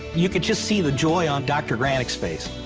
you could just see the joy on dr. granik's face.